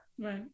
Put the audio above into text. Right